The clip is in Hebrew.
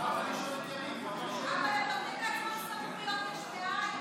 רק לאחר מכן נעבור על פי נוסח הוועדה.